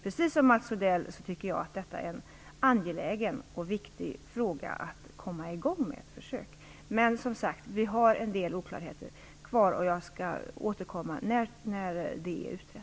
Precis som Mats Odell tycker jag att detta är en angelägen och viktig fråga och att vi bör komma i gång med försök. Men vi har som sagt en del oklarheter kvar, och jag skall återkomma när de är utredda.